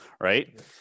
Right